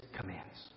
commands